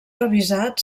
revisat